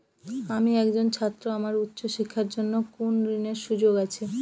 আমি একজন ছাত্র আমার উচ্চ শিক্ষার জন্য কোন ঋণের সুযোগ আছে?